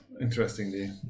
interestingly